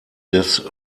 des